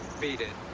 beat it.